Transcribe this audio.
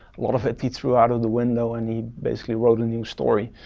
a lot of it he through out of the window, and he basically wrote a new story.